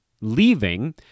leaving